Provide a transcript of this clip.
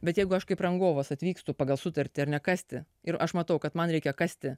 bet jeigu aš kaip rangovas atvykstu pagal sutartį ar ne kasti ir aš matau kad man reikia kasti